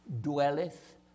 dwelleth